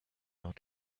not